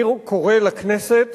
אני קורא לכנסת